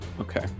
okay